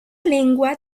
lengua